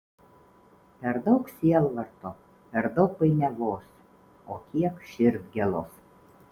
per daug sielvarto per daug painiavos o kiek širdgėlos